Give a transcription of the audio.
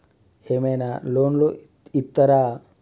ఏమైనా లోన్లు ఇత్తరా?